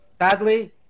Sadly